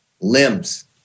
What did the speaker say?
limbs